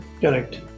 correct